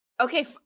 Okay